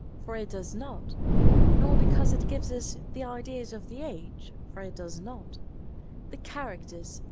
for it does not nor because it gives us the ideas of the age, for it does not the characters,